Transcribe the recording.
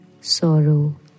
sorrow